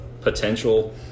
potential